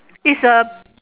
is a